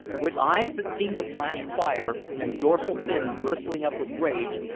with eyes that seemed to flash fire, and dorsal fin bristling up with rage,